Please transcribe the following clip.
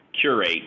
curate